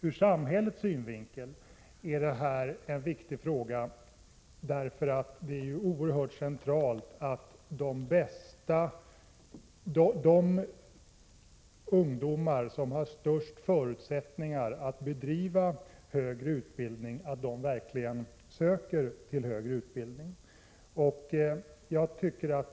Ur samhällets synvinkel är det här en viktig fråga, därför att det är oerhört centralt att de ungdomar som har de bästa förutsättningarna att bedriva högre studier verkligen söker till högre utbildning.